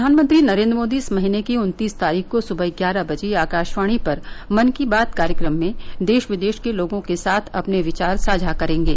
प्रधानमंत्री नरेन्द्र मोदी इस महीने की उन्तीस तारीख को सुबह ग्यारह बजे आकाशवाणी पर मन की बात कार्यक्रम में देश विदेश के लोगों के साथ अपने विचार साझा करेंगे